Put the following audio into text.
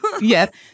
Yes